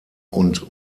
und